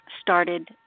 started